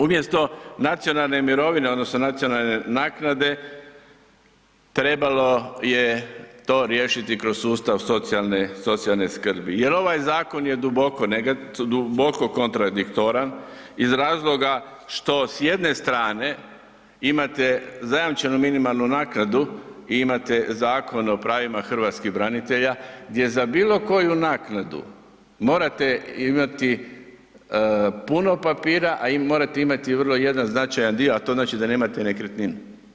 Umjesto nacionalne mirovine odnosno nacionalne naknade trebalo je to riješiti kroz sustav socijalne skrbi jel ovaj zakon je duboko kontradiktoran iz razloga što s jedne strane imate zajamčenu minimalnu naknadu i imate Zakon o pravima hrvatskih branitelja gdje za bilo koju naknadu morate imati puno papira, a morate imati i jedan vrlo značajan dio, a to znači da nemate nekretninu.